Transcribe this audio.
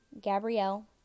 Gabrielle